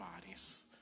bodies